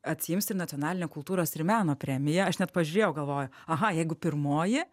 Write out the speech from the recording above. atsiims ir nacionalinę kultūros ir meno premiją aš net pažiūrėjau galvoju aha jeigu pirmoji